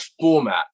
format